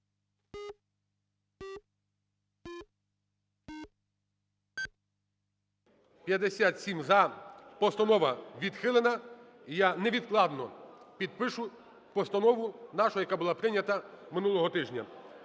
За-57 Постанова відхилена. І я невідкладно підпишу постанову нашу, яка була прийнята минулого тижня.